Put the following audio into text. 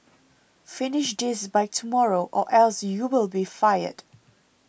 finish this by tomorrow or else you'll be fired